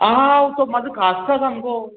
आं तो म्हाजो खास तो सामको